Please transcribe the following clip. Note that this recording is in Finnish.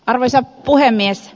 arvoisa puhemies